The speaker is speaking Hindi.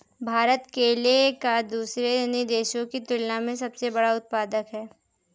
भारत केले का दूसरे अन्य देशों की तुलना में सबसे बड़ा उत्पादक है